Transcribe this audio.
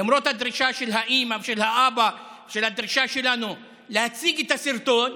למרות הדרישה של האימא ושל האבא והדרישה שלנו להציג את הסרטון,